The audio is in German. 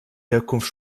herkunft